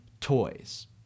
toys